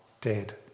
dead